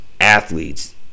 athletes